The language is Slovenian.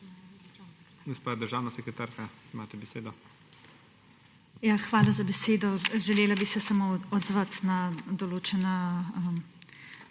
Hvala za besedo. Želela bi se samo odzvati na to,